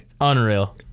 Unreal